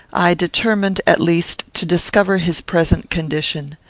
i determined, at least, to discover his present condition.